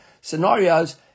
scenarios